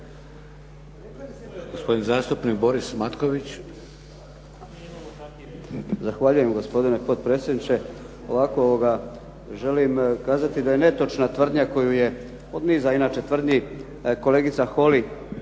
Gospodin zastupnik Frano Matušić.